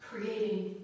creating